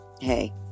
hey